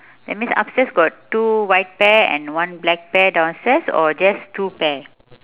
that means upstairs got two white pair and one black pair downstairs or just two pair